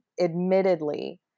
admittedly